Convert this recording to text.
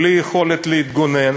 בלי יכולת להתגונן,